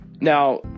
Now